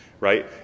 right